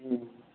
ହୁଁ